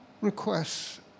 requests